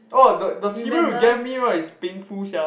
[orh} the the serum you gave me right is painful sia